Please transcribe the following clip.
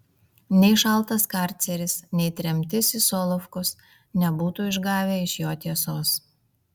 nei šaltas karceris nei tremtis į solovkus nebūtų išgavę iš jo tiesos